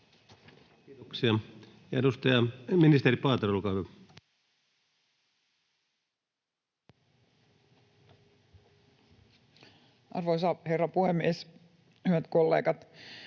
Kiitoksia. — Ministeri Paatero, olkaa hyvä. Arvoisa herra puhemies! Hyvät kollegat!